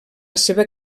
seva